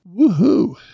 Woohoo